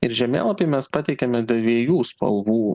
ir žemėlapy mes pateikiame dviejų spalvų